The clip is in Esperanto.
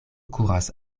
kuras